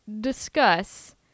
discuss